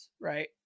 right